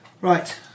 right